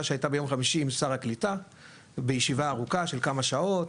שהייתה יום חמישי עם שר הקליטה בישיבה ארוכה של כמה שעות,